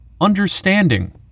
understanding